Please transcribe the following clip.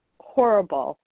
horrible